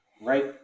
right